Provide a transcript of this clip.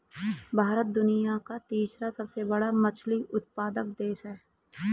भारत दुनिया का तीसरा सबसे बड़ा मछली उत्पादक देश है